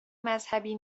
مذهبی